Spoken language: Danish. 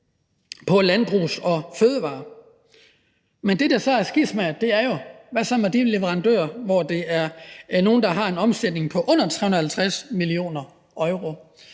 på landbrugs- og fødevarer. Men det, der så er skismaet, er jo: Hvad så med de leverandører, der har en omsætning på under 350 mio. euro?